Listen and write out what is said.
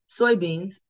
soybeans